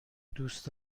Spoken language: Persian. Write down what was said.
دوست